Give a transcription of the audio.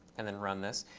and then run this.